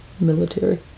military